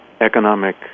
economic